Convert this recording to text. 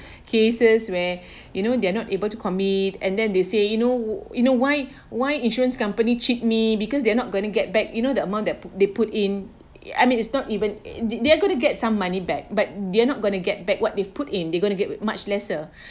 cases where you know they're not able to commit and then they say you know you know why why insurance company cheat me because they are not going to get back you know the amount that pu~ they put in I mean it's not even indeed they are going to get some money back but they're not going to get back what they've put in they going to get with much lesser